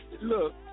Look